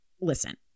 listen